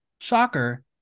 shocker